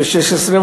בכנסת השש-עשרה,